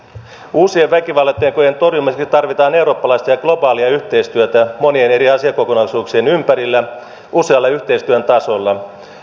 uusien väkivallantekojen torjumiseksi tarvitaan eurooppalaista ja globaalia yhteistyötä monien eri asiakokonaisuuksien ympärillä usealla yhteistyön tasolla